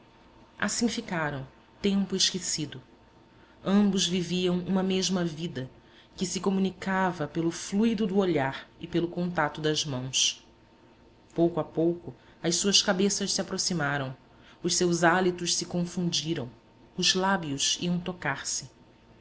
assim ficaram tempo esquecido ambos viviam uma mesma vida que se comunicava pelo fluido do olhar e pelo contato das mãos pouco a pouco as suas cabeças se aproximaram os seus hálitos se confundiram os lábios iam tocar se